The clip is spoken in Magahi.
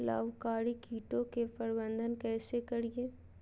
लाभकारी कीटों के प्रबंधन कैसे करीये?